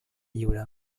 lliure